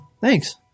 Thanks